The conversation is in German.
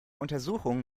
untersuchung